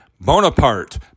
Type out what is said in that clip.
Bonaparte